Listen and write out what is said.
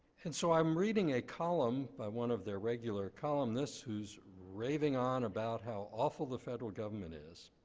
and so i'm reading a column by one of their regular columnists who's raving on about how awful the federal government is,